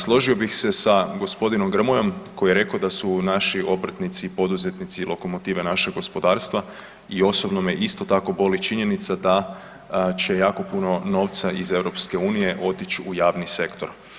Složio bih se sa g. Grmojom koji je rekao da su naši obrtnici i poduzetnici lokomotive našeg gospodarstva i osobno me isto tako boli činjenica daće jako puno novca iz EU-a otić u javni sektor.